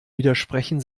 widersprechen